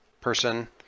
person